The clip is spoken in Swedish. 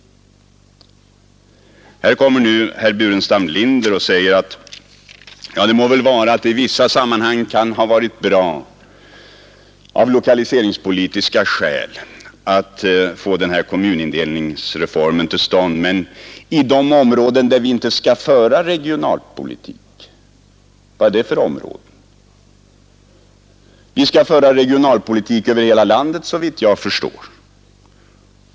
Här kommer nu herr Burenstam Linder och säger: Det må väl vara att det i vissa sammanhang kan ha varit bra av lokaliseringspolitiska skäl att få till stånd den här kommunindelningsreformen, men det gäller inte de områden där vi inte skall föra regionalpolitik. Vad är det för områden? Vi skall föra regionalpolitik över hela landet, såvitt jag förstår.